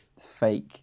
fake